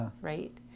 right